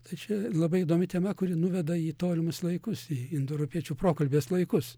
ta čia labai įdomi tema kuri nuveda į tolimus laikus į indoeuropiečių prokalbės laikus